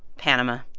panama.